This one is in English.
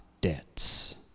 debts